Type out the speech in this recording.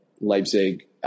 Leipzig